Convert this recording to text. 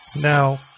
Now